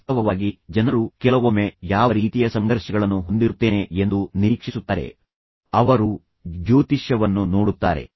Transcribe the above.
ವಾಸ್ತವವಾಗಿ ಜನರು ಕೆಲವೊಮ್ಮೆ ಯಾವ ರೀತಿಯ ಸಂಘರ್ಷಗಳನ್ನು ಹೊಂದಿರುತ್ತೇನೆ ಎಂದು ನಿರೀಕ್ಷಿಸುತ್ತಾರೆ ಜಾತಕ ಮಾರ್ಗಗಳು ಅವರು ಜ್ಯೋತಿಷ್ಯವನ್ನು ನೋಡುತ್ತಾರೆ